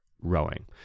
rowing